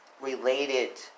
related